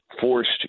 forced